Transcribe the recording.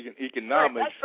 economics